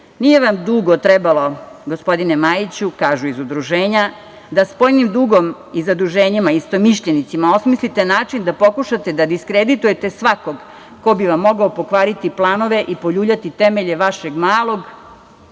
se. Nije vam dugo trebalo, gospodine Majiću - kažu iz Udruženja - da spoljnim dugom i zaduženjima, istomišljenicima, osmislite način da pokušate da diskreditujete svakog ko bi vam mogao pokvariti planove i poljuljati temelje vašeg malog,